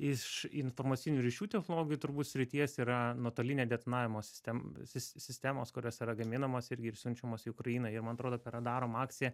iš informacinių ryšių technologijų turbūt srities yra nuotolinė detonavimo sistem sis sistemos kurios yra gaminamos irgi ir siunčiamos į ukrainą jie man atrodo per radarom akciją